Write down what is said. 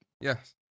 Yes